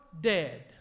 dead